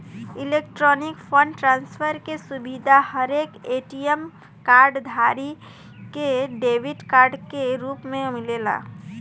electronic fund transfer के सुविधा हरेक ए.टी.एम कार्ड धारी के डेबिट कार्ड के रूप में मिलेला